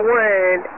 one